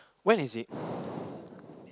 what is it